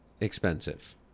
expensive